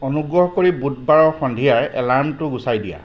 অনুগ্ৰহ কৰি বুধবাৰৰ সন্ধিয়াৰ এলাৰ্মটো গুচাই দিয়া